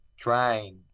trying